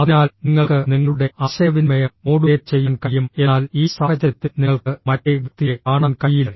അതിനാൽ നിങ്ങൾക്ക് നിങ്ങളുടെ ആശയവിനിമയം മോഡുലേറ്റ് ചെയ്യാൻ കഴിയും എന്നാൽ ഈ സാഹചര്യത്തിൽ നിങ്ങൾക്ക് മറ്റേ വ്യക്തിയെ കാണാൻ കഴിയില്ല